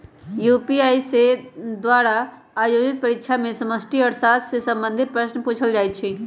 UPSC द्वारा आयोजित परीक्षा में समष्टि अर्थशास्त्र से संबंधित प्रश्न पूछल जाइ छै